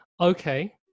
Okay